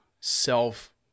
self